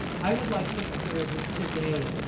i would like to declare that today.